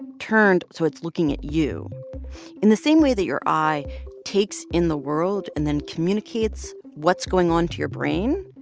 turned so it's looking at you in the same way that your eye takes in the world and then communicates what's going on to your brain,